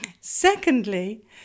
Secondly